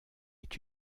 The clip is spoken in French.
est